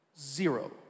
Zero